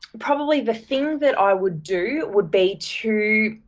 probably, the thing that i would do would be to